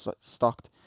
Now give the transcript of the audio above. stocked